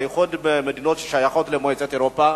בייחוד המדינות ששייכות למועצת אירופה,